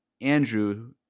Andrew